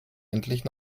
endlich